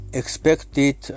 expected